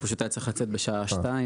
הוא פשוט היה צריך לצאת בשעה שתיים,